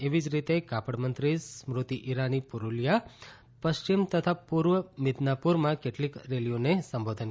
એવી જ રીતે કાપડમંત્રી સ્મૃતી ઇરાની પુરૂલીયા પશ્ચિમ તથા પૂર્વ મિદનાપુરમાં કેટલીક રેલીઓને સંબોધશે